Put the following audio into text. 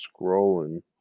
scrolling